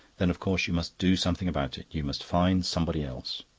then of course you must do something about it you must find somebody else.